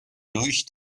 durch